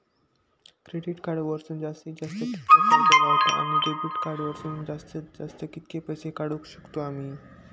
Credit card वरसून जास्तीत जास्त कितक्या कर्ज गावता, आणि डेबिट कार्ड वरसून जास्तीत जास्त कितके पैसे काढुक शकतू आम्ही?